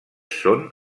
són